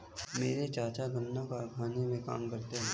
मेरे चाचा गन्ना कारखाने में काम करते हैं